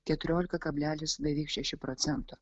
keturiolika kablelis beveik šeši procento